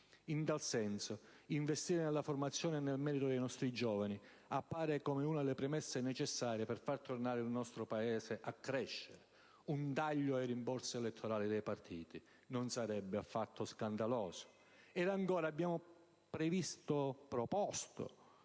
In tal senso, investire nella formazione e nel merito dei nostri giovani appare come una delle premesse necessarie per far tornare il nostro Paese a crescere: un taglio ai rimborsi elettorali dei partiti non sarebbe affatto scandaloso. Abbiamo inoltre proposto